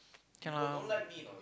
can lah